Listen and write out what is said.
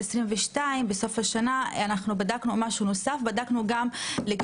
בסוף שנת 22' בדקנו משהו נוסף לאן